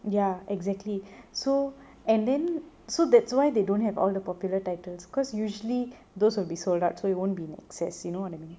ya exactly so and then so that's why they don't have all the popular titles cause usually those will be sold out so it won't be in excess you know what I mean